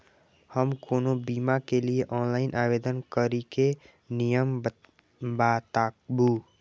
हम कोनो बीमा के लिए ऑनलाइन आवेदन करीके नियम बाताबू?